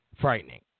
frightening